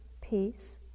peace